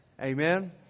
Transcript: Amen